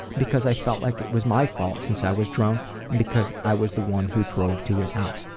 because i felt like it was my fault since i was drunk and because i was the one who drove to his house.